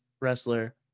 wrestler